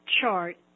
chart